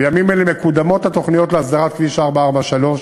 בימים אלה מקודמות התוכניות להסדרת כביש 443,